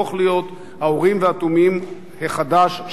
האורים-ותומים החדש של הממשלה?